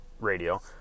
radio